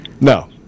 No